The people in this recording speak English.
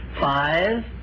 Five